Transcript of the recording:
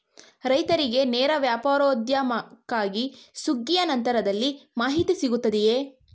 ರೈತರಿಗೆ ನೇರ ವ್ಯಾಪಾರೋದ್ಯಮಕ್ಕಾಗಿ ಸುಗ್ಗಿಯ ನಂತರದಲ್ಲಿ ಮಾಹಿತಿ ಸಿಗುತ್ತದೆಯೇ?